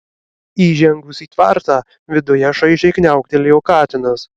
įžengus į tvartą viduje šaižiai kniauktelėjo katinas